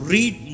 Read